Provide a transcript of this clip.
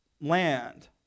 land